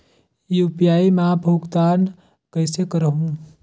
UPI मा भुगतान कइसे करहूं?